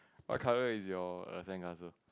what colour is your err sand castle